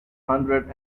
hundred